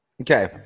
Okay